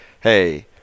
hey